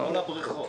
או לבריכות.